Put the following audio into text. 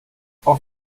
auf